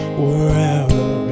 wherever